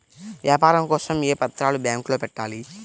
వ్యాపారం కోసం ఏ పత్రాలు బ్యాంక్లో పెట్టాలి?